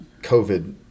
COVID